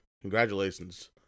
Congratulations